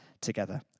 together